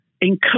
encourage